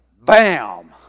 Bam